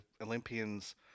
Olympians